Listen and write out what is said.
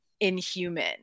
Inhuman